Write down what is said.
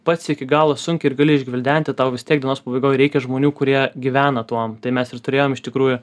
pats iki galo sunkiai ir gali išgvildenti tau vis tiek dienos pabaigoj reikia žmonių kurie gyvena tuom tai mes ir turėjom iš tikrųjų